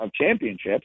championships